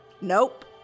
nope